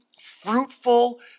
fruitful